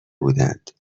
بودند